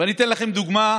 אני אתן לכם דוגמה: